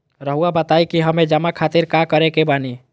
रहुआ बताइं कि हमें जमा खातिर का करे के बानी?